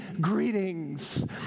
greetings